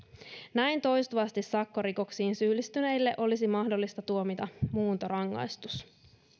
näin toistuvasti sakkorikoksiin syyllistyneille olisi mahdollista tuomita muuntorangaistus